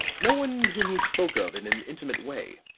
no one whom he spoke of in an intimate way?